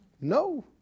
No